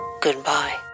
Goodbye